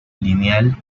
lineal